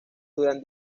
duran